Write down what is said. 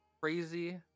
crazy